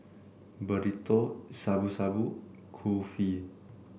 Burrito Shabu Shabu Kulfi